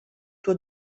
tua